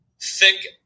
thick